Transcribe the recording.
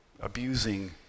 abusing